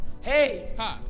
hey